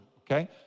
okay